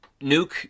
Nuke